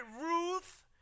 Ruth